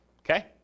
okay